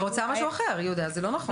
היא רוצה משהו אחר, יהודה, זה לא נכון.